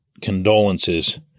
condolences